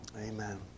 Amen